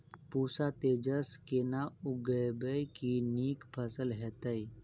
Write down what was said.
पूसा तेजस केना उगैबे की नीक फसल हेतइ?